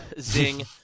zing